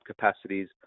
capacities